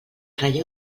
relleu